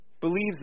believes